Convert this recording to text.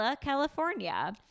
California